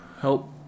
help